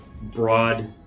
broad